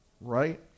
right